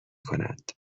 کنند